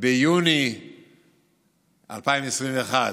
ביוני 2021,